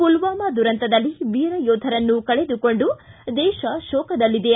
ಪುಲ್ವಾಮ ದುರಂತದಲ್ಲಿ ವೀರಯೋಧರನ್ನು ಕಳೆದುಕೊಂಡು ದೇಶ ಶೋಕದಲ್ಲಿದೆ